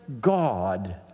god